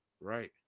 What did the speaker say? Right